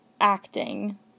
acting